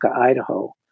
Idaho